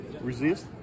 resist